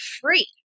free